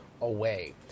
away